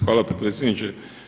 Hvala potpredsjedniče.